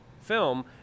film